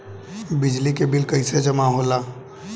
बिजली के बिल कैसे जमा होला?